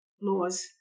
laws